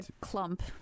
clump